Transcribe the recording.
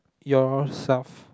yourself